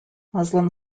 muslim